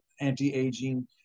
anti-aging